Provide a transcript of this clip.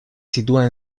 sitúa